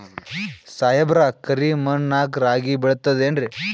ಸಾಹೇಬ್ರ, ಕರಿ ಮಣ್ ನಾಗ ರಾಗಿ ಬೆಳಿತದೇನ್ರಿ?